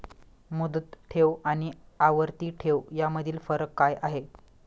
मुदत ठेव आणि आवर्ती ठेव यामधील फरक काय आहे?